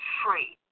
free